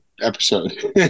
episode